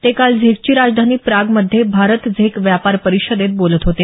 ते काल झेकची राजधानी प्रागमध्ये भारत झेक व्यापार परिषदेत बोलत होते